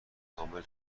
کامل